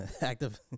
active